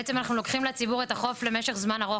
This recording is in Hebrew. בעצם אנחנו לוקחים לציבור את החוף למשך זמן ארוך.